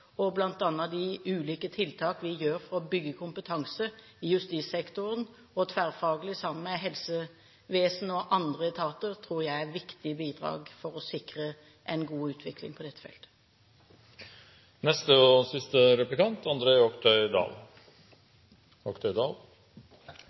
de ulike tiltak vi gjør for å bygge kompetanse i justissektoren, og tverrfaglig sammen med helsevesen og andre etater, tror jeg er viktige bidrag for å sikre en god utvikling også på dette feltet.